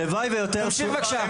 תמשיך בבקשה.